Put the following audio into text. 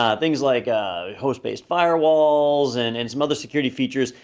um things like ah host-based firewalls and and some other security features,